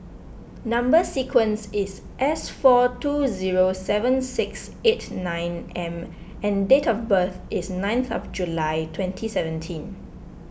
Number Sequence is S four two zero seven six eight nine M and date of birth is ninth of July twenty seventeen